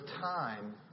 time